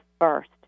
first